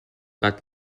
but